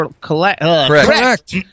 Correct